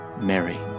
Mary